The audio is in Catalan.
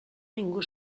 ningú